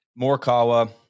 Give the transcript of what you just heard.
morikawa